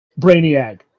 Brainiac